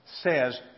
says